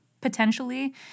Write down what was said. potentially